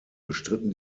bestritten